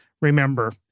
Remember